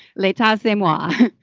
later them. why?